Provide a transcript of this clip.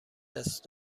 دست